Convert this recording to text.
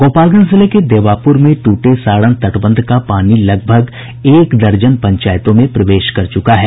गोपालगंज जिले के देवापूर में टूटे सारण तटबंध का पानी लगभग एक दर्जन पंचायतों में प्रवेश कर चुका है